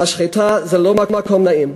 משחטה זה לא מקום נעים,